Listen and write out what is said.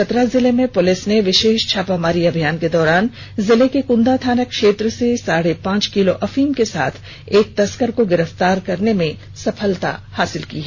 चतरा जिले में पुलिस ने विशेष छापामारी अभियान के दौरान जिले के कुंदा थाना क्षेत्र से साढे पांच किलो अफीम के साथ एक तस्कर को गिरफ्तार करने में सफलता हासिल की है